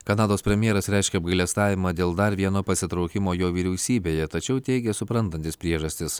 kanados premjeras reiškia apgailestavimą dėl dar vieno pasitraukimo jo vyriausybėje tačiau teigia suprantantis priežastis